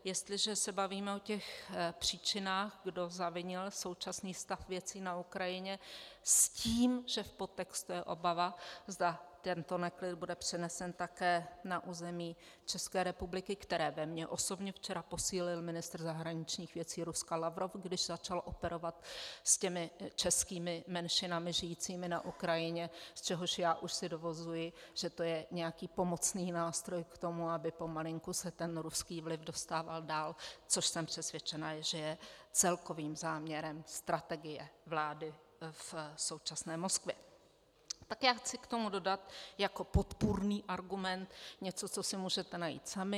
Jestliže se bavíme o těch příčinách, kdo zavinil současný stav věcí na Ukrajině, s tím, že v podtextu je obava, zda tento neklid bude přenesen také na území České republiky, kterou ve mně včera posílil ministr zahraničních věcí Ruska Lavrov, když začal operovat s těmi českými menšinami žijícími na Ukrajině, z čehož já už si dovozuji, že to je nějaký pomocný nástroj, aby pomalinku se ten ruský vliv dostával dál, což jsem přesvědčena, že je celkovým záměrem strategie vlády současné Moskvy, tak k tomu chci dodat jako podpůrný argument něco, co si můžete najít sami.